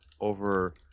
over